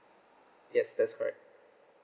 yes that's correct